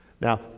Now